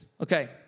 okay